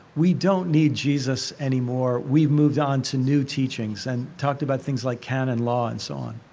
we don't need jesus anymore. we've moved on to new teachings. and talked about things like canon law and so on.